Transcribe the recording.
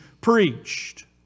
preached